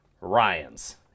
Ryan's